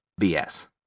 BS